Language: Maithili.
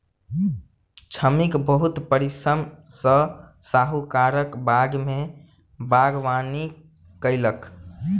श्रमिक बहुत परिश्रम सॅ साहुकारक बाग में बागवानी कएलक